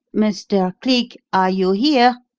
mr. cleek! are you here?